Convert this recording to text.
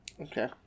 okay